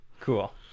Cool